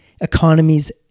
economies